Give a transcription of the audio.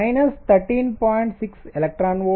కాబట్టి 13